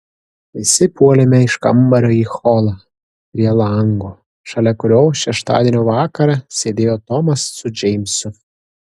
visi puolėme iš kambario į holą prie lango šalia kurio šeštadienio vakarą sėdėjo tomas su džeimsu